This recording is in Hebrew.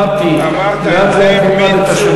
חי"ת ועי"ן, אמרת את זה מצוין.